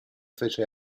fece